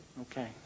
Okay